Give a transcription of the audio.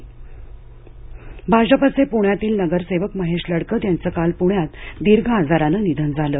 निधन लडकत भाजपचे प्ण्यातील नगरसेवक महेश लडकत यांचं काल प्ण्यात दीर्घ आजारानं निधन झालं